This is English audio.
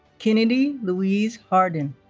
kennedy louise harden